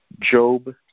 Job